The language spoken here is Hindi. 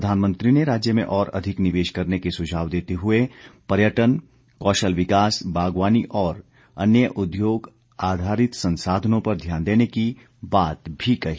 प्रधानमंत्री ने राज्य में और अधिक निवेश करने के सुझाव देते हुए पर्यटन कौशल विकास बागवानी और अन्य उद्योग आधारित संसाधनों पर ध्यान देने की बात भी कही